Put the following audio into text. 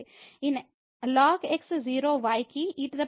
ln x 0 y కి e 1 గా వెళ్తుంది